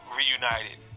reunited